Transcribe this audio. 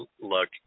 Look